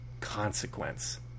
consequence